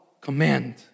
command